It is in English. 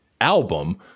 album